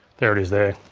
there it is there.